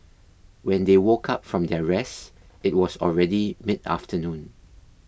when they woke up from their rest it was already mid afternoon